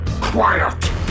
Quiet